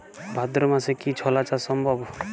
ভাদ্র মাসে কি ছোলা চাষ সম্ভব?